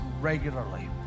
regularly